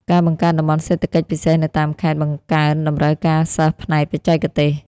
ការបង្កើតតំបន់សេដ្ឋកិច្ចពិសេសនៅតាមខេត្ត បង្កើនតម្រូវការសិស្សផ្នែកបច្ចេកទេស។